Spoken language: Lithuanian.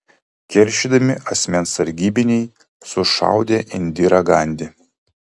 keršydami asmens sargybiniai sušaudė indirą gandi